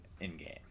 in-game